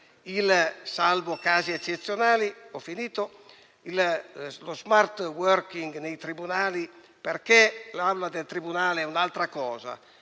- salvo casi eccezionali - lo *smart working* nei tribunali, perché l'aula di un tribunale è un'altra cosa: